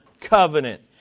covenant